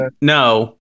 No